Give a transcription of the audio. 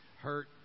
hurt